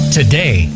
today